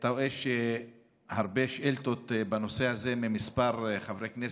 אתה רואה שיש הרבה שאילתות בנושא הזה מכמה חברי כנסת,